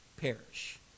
perish